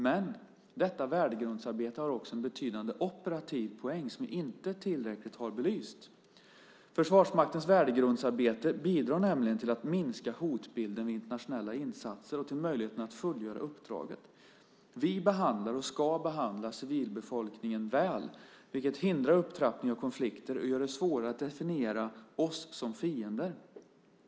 Men detta värdegrundsarbete har också en betydande operativ poäng som inte har belysts tillräckligt. Försvarsmaktens värdegrundsarbete bidrar nämligen till att minska hotbilden vid internationella insatser och till att öka möjligheten att fullgöra uppdraget. Vi behandlar, och ska behandla, civilbefolkningen väl vilket hindrar upptrappningen av konflikter och gör det svårare att definiera oss som fiender.